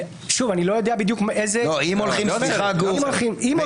בחלק